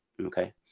Okay